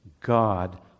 God